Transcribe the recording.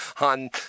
on